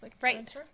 Right